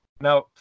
now